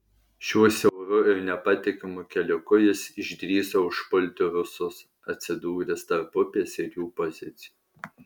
šiuo siauru ir nepatikimu keliuku jis išdrįso užpulti rusus atsidūręs tarp upės ir jų pozicijų